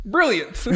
Brilliant